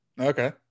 Okay